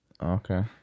okay